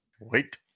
Wait